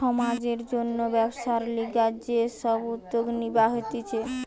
সমাজের জন্যে ব্যবসার লিগে যে সব উদ্যোগ নিবা হতিছে